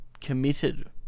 committed